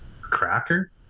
cracker